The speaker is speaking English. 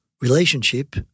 relationship